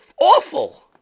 awful